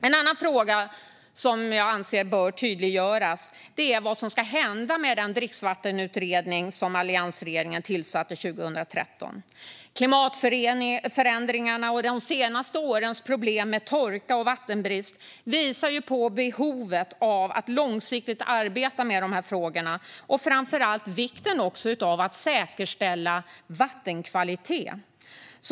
En annan fråga som bör tydliggöras är vad som ska hända den dricksvattenutredning som alliansregeringen tillsatte 2013. Klimatförändringarna och de senaste årens problem med torka och vattenbrist visar på behovet av att långsiktigt arbeta med de frågorna och framför allt vikten av att säkerställa vattenkvalitet.